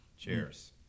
Cheers